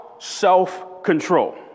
self-control